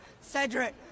Cedric